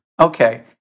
Okay